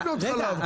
אתה חייב לקנות חלב.